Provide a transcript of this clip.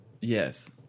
Yes